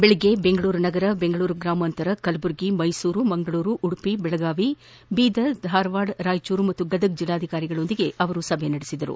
ಬೆಳಗ್ಗೆ ಬೆಂಗಳೂರು ನಗರ ಬೆಂಗಳೂರು ಗ್ರಾಮಾಂತರ ಕಲಬುರಗಿ ಮ್ವೆಸೂರು ಮಂಗಳೂರು ಉದುಪಿ ಬೆಳಗಾವಿ ಬೀದರ್ ಧಾರವಾದ ರಾಯಚೂರು ಹಾಗೂ ಗದಗ ಜಿಲ್ಲಾಧಿಕಾರಿಗಳೊಂದಿಗೆ ಸಭೆ ನಡೆಸಿದರು